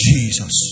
Jesus